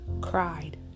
cried